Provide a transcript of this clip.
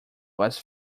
was